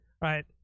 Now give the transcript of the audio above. right